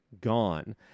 gone